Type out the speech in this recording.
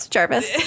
Jarvis